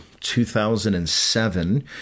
2007